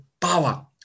power